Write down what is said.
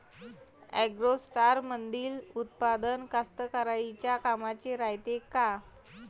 ॲग्रोस्टारमंदील उत्पादन कास्तकाराइच्या कामाचे रायते का?